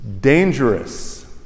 Dangerous